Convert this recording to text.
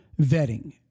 Vetting